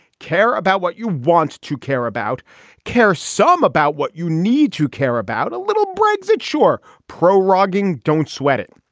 care about what you want to care about care some about what you need to care about a little brexit sure pro frogging. don't sweat it.